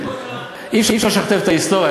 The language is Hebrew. אי-אפשר לשכתב את ההיסטוריה.